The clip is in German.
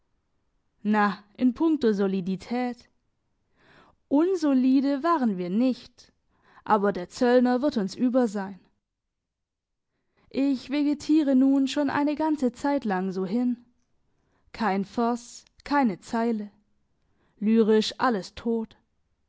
na in punkto solidität unsolide waren wir nicht aber der zöllner wird uns über sein ich vegetiere nun schon eine ganze zeit lang so hin kein vers keine zeile lyrisch alles tot